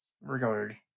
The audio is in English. regard